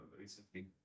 recently